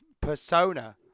persona